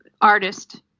artist